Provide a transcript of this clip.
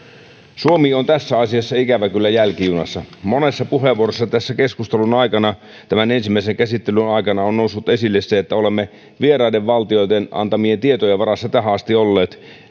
suomi on tässä asiassa ikävä kyllä jälkijunassa monessa puheenvuorossa keskustelun aikana tämän ensimmäisen käsittelyn aikana on noussut esille se että olemme vieraiden valtioiden antamien tietojen varassa tähän asti olleet